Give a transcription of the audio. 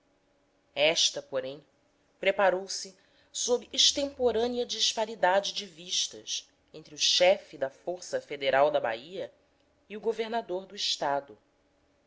esta porém preparou-se sob extemporânea disparidade de vistas entre o chefe da força federal na bahia e o governador do estado